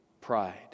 pride